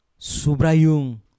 subrayung